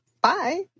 bye